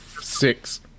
six